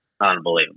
unbelievable